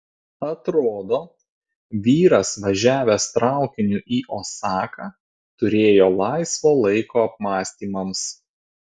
atrodo vyras važiavęs traukiniu į osaką turėjo laisvo laiko apmąstymams